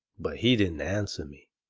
but he didn't answer me.